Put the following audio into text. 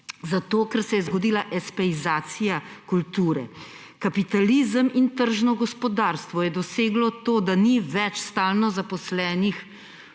Zato, ker se je zgodila espeizacija kulture. Kapitalizem in tržno gospodarstvo sta dosegla to, da ni več stalno zaposlenih